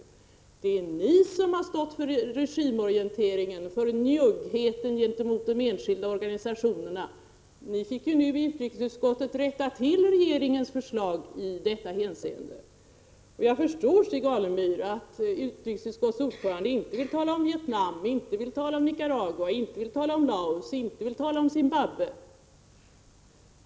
Det är ni som har stått för regimorienteringen, för njuggheten gentemot de enskilda organisationerna. Ni fick ju nu i utrikesutskottet rätta till regeringens förslag i detta hänseende. Jag förstår, Stig Alemyr, att utrikesutskottets ordförande inte vill tala om Vietnam, Nicaragua, Laos eller Zimbabwe.